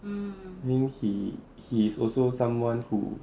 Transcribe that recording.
mean he he's also someone who